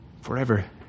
forever